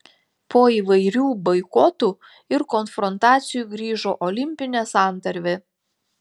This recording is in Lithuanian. po įvairių boikotų ir konfrontacijų grįžo olimpinė santarvė